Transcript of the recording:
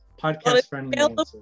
podcast-friendly